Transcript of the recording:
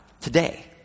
today